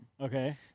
Okay